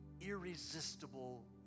irresistible